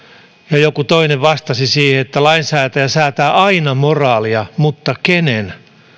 no joku toinen vastasi siihen että lainsäätäjä säätää aina moraalia mutta kenen se